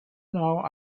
known